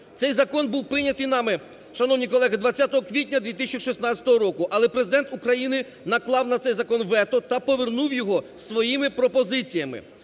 Цей закон був прийнятий нами, шановні колеги, 20 квітня 2016 року, але Президент України наклав на цей закон вето та повернув його з своїми пропозиціями.